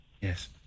Yes